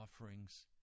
offerings